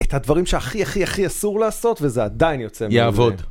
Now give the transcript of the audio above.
את הדברים שהכי הכי הכי אסור לעשות, וזה עדיין יוצא . יעבוד.